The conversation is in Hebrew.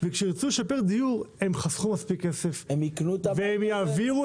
הם יחסכו מספיק כסף עד לתקופה בה ירצו לשפר דיור.